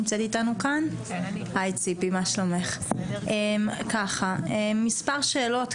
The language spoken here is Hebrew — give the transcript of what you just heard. יש לי מספר שאלות,